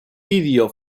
vídeo